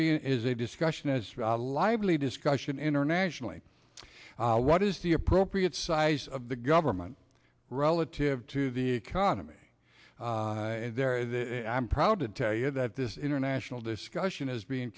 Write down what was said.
being is a discussion as a lively discussion internationally what is the appropriate size of the government relative to the economy there i'm proud to tell you that this international discussion is being